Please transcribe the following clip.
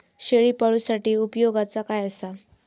शेळीपाळूसाठी उपयोगाचा काय असा?